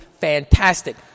fantastic